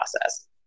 process